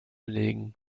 legen